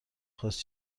خواست